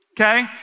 okay